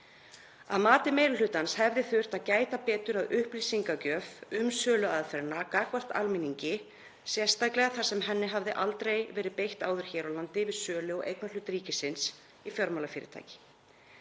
Að mati meiri hlutans hefði þurft að gæta betur að upplýsingagjöf um söluaðferðina gagnvart almenningi, sérstaklega þar sem henni hafði aldrei verið beitt áður hér á landi við sölu á eignarhlut ríkisins í fjármálafyrirtæki.